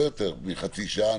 לא יותר מחצי שעה.